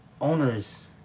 owners